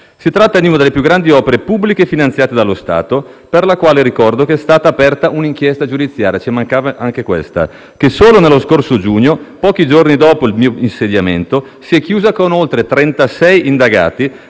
Si tratta di una delle più grandi opere pubbliche finanziate dallo Stato, per la quale ricordo che è stata aperta un'inchiesta giudiziaria - ci mancava anche questa - che, solo nello scorso giugno, pochi giorni dopo il mio insediamento, si è chiusa con oltre 36 indagati,